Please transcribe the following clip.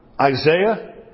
Isaiah